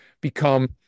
become